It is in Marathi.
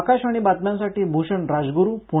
आकाशवाणीच्या बातम्यांसाठी भूषण राजगुरू पुणे